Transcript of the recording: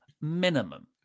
Minimum